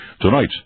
tonight